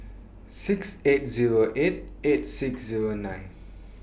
six eight Zero eight eight six Zero nine